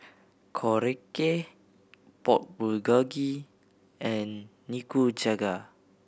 Korokke Pork Bulgogi and Nikujaga